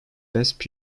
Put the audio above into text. best